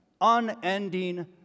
unending